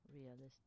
Realistic